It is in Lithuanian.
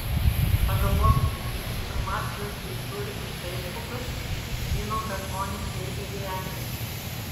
pagalvokite kiek informacijos jis turi iš feisbuko žino ką žmonės veikia gyvenime